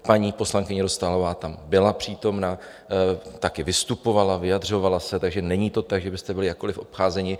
Paní poslankyně Dostálová tam byla přítomna, taky vystupovala, vyjadřovala se, takže není to tak, že byste byli jakkoliv obcházeni.